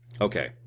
Okay